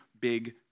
big